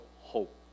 hope